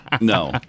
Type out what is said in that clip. No